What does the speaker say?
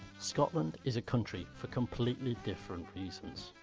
scotland is a country for completely different reasons.